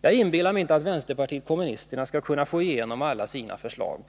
Jag inbillar mig inte att vänsterpartiet kommunisterna på ett bräde skall få igenom alla sina förslag.